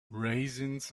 raisins